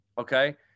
Okay